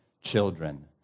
children